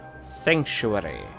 Sanctuary